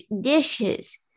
dishes